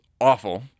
awful